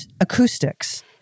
Acoustics